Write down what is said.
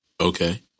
Okay